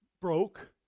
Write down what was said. broke